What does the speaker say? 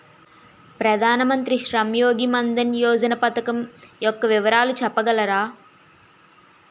ప్రధాన మంత్రి శ్రమ్ యోగి మన్ధన్ యోజన పథకం యెక్క వివరాలు చెప్పగలరా?